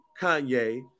Kanye